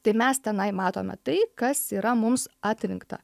tai mes tenai matome tai kas yra mums atrinkta